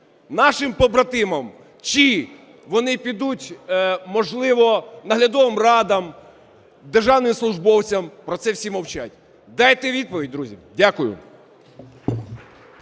нашим побратимам, чи вони підуть, можливо, наглядовим радам, державним службовцям? Про це всі мовчать. Давайте відповідь, друзі. Дякую.